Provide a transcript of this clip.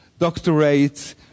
doctorates